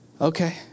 Okay